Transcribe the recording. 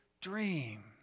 dream